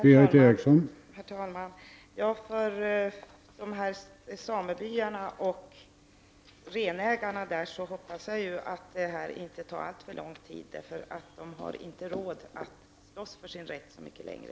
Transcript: Herr talman! För samebyarnas och renägarnas skull hoppas jag att detta inte tar alltför lång tid. Dessa har nämligen inte råd att slåss för sin rätt så mycket längre.